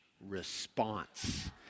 response